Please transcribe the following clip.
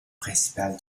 principal